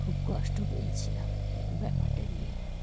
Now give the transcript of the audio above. খুব কষ্ট পেয়েছিলাম ব্যাপারটা নিয়ে